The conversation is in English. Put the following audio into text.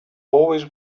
always